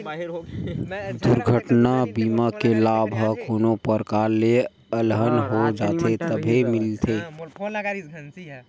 दुरघटना बीमा के लाभ ह कोनो परकार ले अलहन हो जाथे तभे मिलथे